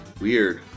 Weird